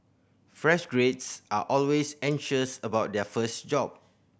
fresh graduates are always anxious about their first job